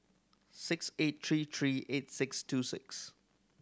six eight three three eight six two six